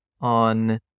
on